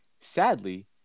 sadly